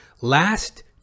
last